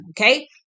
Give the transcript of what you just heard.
okay